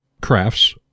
crafts